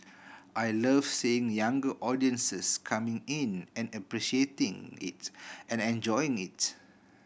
I love seeing younger audiences coming in and appreciating it and enjoying it